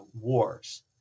wars